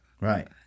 Right